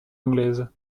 anglaise